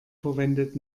verwendet